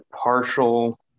partial